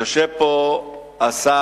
יושב פה השר,